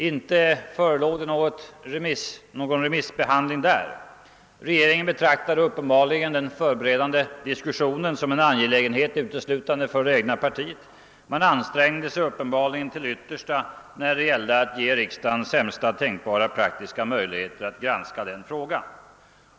Inte förelåg det någon remissbehandling där. Regeringen betraktade uppenbarligen den förberedande diskussioner som en angelägenhet uteslutande för det egna partiet. Man ansträngde sig uppenbarligen till det yttersta när det gällde att ge riksdagen — d. v. s. oppositionen — sämsta tänkbara praktiska möjligheter att granska frågan.